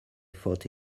thought